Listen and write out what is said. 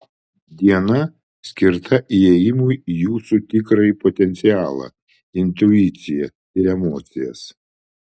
diena skirta įėjimui į jūsų tikrąjį potencialą intuiciją ir emocijas